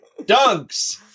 Dunks